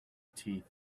teeth